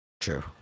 True